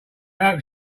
hope